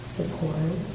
Support